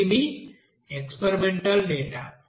ఇది మీ experimental data